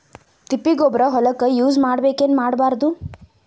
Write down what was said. ತಿಪ್ಪಿಗೊಬ್ಬರ ಹೊಲಕ ಯೂಸ್ ಮಾಡಬೇಕೆನ್ ಮಾಡಬಾರದು?